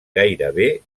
gairebé